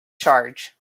charge